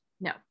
no